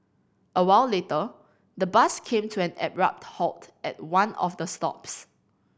a while later the bus came to an abrupt halt at one of the stops